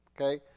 Okay